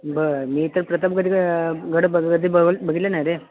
बरं मी तर प्रताप कधी घ गड बघी कधी बग बघितलं नाही रे